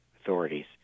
authorities